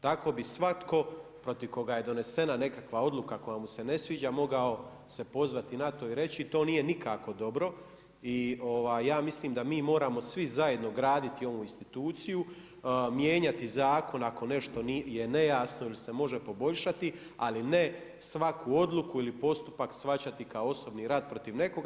Tako bi svatko protiv koga ne donesena nekakva odluka koja mu se ne sviđa mogao se pozvati na to i reći to nije nikako dobro i ja mislim da mi moramo svi zajedno graditi ovu instituciju, mijenjati zakon ako nešto je nejasno ili se može poboljšati, ali ne svaku odluku ili postupak shvaćati kao osobni rat protiv nekoga.